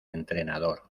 entrenador